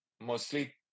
mostly